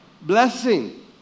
blessing